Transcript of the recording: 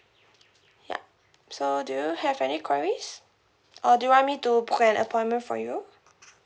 yup so do you have any queries or do you want me to book an appointment for you